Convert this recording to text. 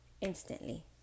instantly